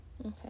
Okay